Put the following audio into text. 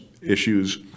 issues